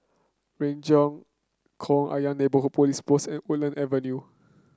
Renjong Ayer Neighbourhood Police Post and Woodland Avenue